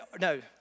no